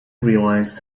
realised